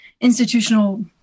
institutional